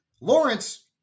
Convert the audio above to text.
Lawrence